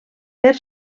per